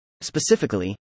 Specifically